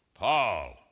Paul